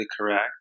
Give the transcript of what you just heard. correct